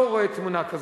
לא רואה תמונה כזאת.